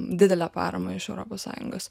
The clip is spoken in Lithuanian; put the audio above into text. didelę paramą iš europos sąjungos